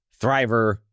thriver